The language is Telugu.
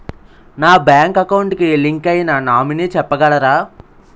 నా బ్యాంక్ అకౌంట్ కి లింక్ అయినా నామినీ చెప్పగలరా?